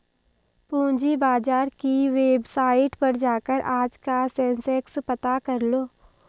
पूंजी बाजार की वेबसाईट पर जाकर आज का सेंसेक्स पता करलो